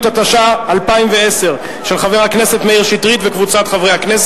ההצעה להסיר מסדר-היום את הצעת חוק התכנון והבנייה (תיקון,